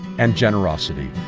and generosity.